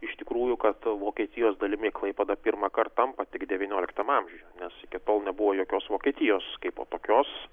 iš tikrųjų kad vokietijos dalimi klaipėda pirmąkart tampa tik devynioliktame amžiuje nes iki tol nebuvo jokios vokietijos kaipo tokios